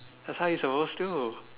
that's how your supposed to